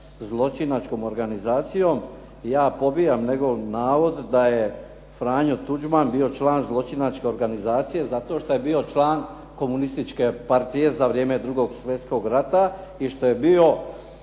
zločinačkom organizacijom. Ja pobijam njegov navod da je Franjo Tuđman bio član zločinačke organizacije, zato što je bio član Komunističke partije za vrijeme 2. svjetskog rata. I što je bio